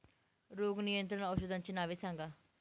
रोग नियंत्रण औषधांची नावे सांगा?